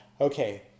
Okay